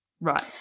right